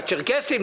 לצ'רקסים,